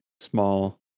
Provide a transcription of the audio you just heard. small